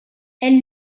elle